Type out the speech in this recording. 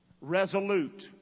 Resolute